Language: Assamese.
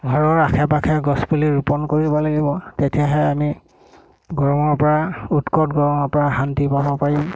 ঘৰৰ আশে পাশে গছপুলি ৰোপণ কৰিব লাগিব তেতিয়াহে আমি গৰমৰ পৰা উৎকত গৰমৰ পৰা শান্তি পাব পাৰিম